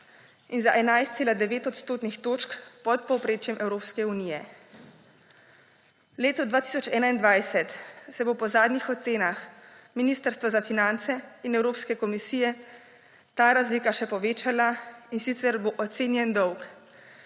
in za 11,9 odstotne točke pod povprečjem Evropske unije. V letu 2021 se bo po zadnjih ocenah Ministrstva za finance in Evropske komisije ta razlika še povečala, in sicer bo ocenjen dolg